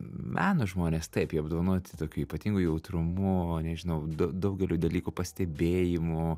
meno žmonės taip jie apdovanoti tokiu ypatingu jautrumu o nežinau dau daugeliu dalykų pastebėjimu